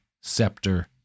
scepter